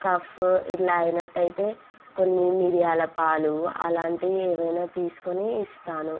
cough ఇలా అయినట్టయితే కొన్ని మిరియాల పాలు అలాంటివి ఏవైనా తీసుకుని ఇస్తాను